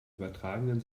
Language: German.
übertragenen